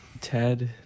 ted